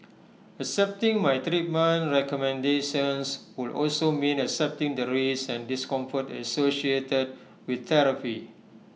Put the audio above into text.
accepting my treatment recommendations would also mean accepting the risks and discomfort associated with therapy